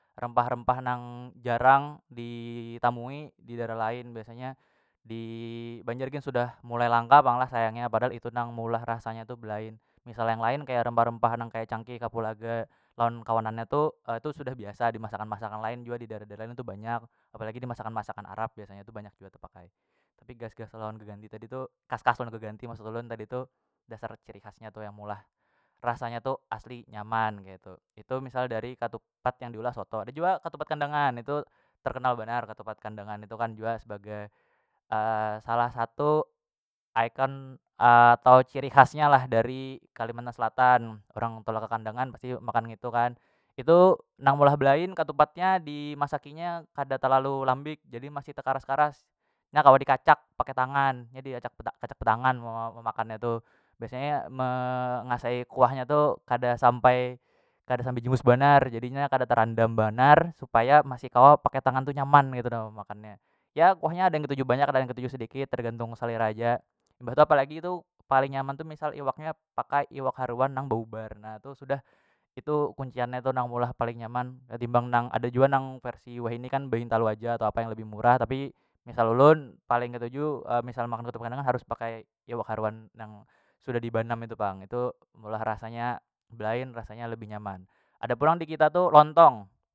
Rempah- rempah nang jarang ditamui didaerah lain biasanya dibanjar gin sudah mulai langka pang lah sayangnya padahal itu nang meulah rasanya tu belain misal yang lain kaya rempah- rempah nang kaya cangkih kapulaga lawan kawanan nya tu itu sudah biasa dimasakan- masakan lain jua di daerah- daerah lain tu banyak apalagi dimasakan- masakan arab biasanya tu banyak jua tepakai tapi gas- gas lawan keganti tadi tu kas- kas keganti maksud ulun tadi tu dasar ciri khas nya yang meulah rasanya tu asli nyaman keitu, itu misal dari katupat yang diulah soto ada jua katupat kandangan itu terkenal banar katupat kandangan itu kan jua sebagai salah satu ikon atau ciri khas nya lah dari kalimantan selatan urang tulak ke kandangan pasti makan ngitu kan, itu nang meulah belain katupatnya dimasakinya kada talalu lambik jadi masih tekaras- karas nya kawa dikacak pakai tangan nya di acak be kacak betangan memakan nya tuh biasanya mengasai kuahnya tu kada sampai- kada sampai jungus banar jadinya kada tarandam banar supaya masih kawa pakai tangan tu nyaman ketu nah memakannya ya kuahnya ada yang ketuju banyak ada yang ketuju sedikit tergantung selera haja imbah tu apalagi tu paling nyaman tu misal iwaknya pakai iwak haruan nang baubarna tu sudah itu kunciannya tu nang meulah paling nyaman ketimbang nang ada jua nang versi wahini kan behintalu aja atau apa yang lebih murah tapi misal ulun paling ketuju misal makan katupat kandangan harus pakai iwak haruan nang sudah dibanam itu pang itu meulah rasanya belain rasanya lebih nyaman ada pulang dikita tu lontong.